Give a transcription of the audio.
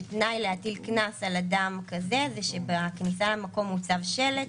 שתנאי להטיל קנס על אדם כזה זה שבכניסה במקום מוצב שלט,